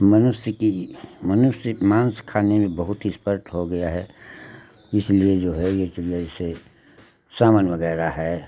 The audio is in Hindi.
मनुष्य की जी मनुष्य मांस खाने में बहुत ही एक्सपर्ट हो गया है इसलिए जो है यह चिड़ियाँ इससे सामान्य वगैरह है